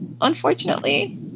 unfortunately